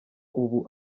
ubu